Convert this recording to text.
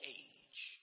age